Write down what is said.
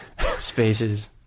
spaces